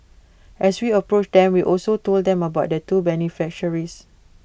as we approached them we also told them about the two beneficiaries